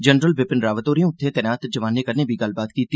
general Bipin Rawat होरें उत्थें तैनात जोआनें कन्ने बी गल्लबात कीती